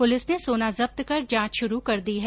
police ने सोना जब्त कर जांच शुरू कर दी है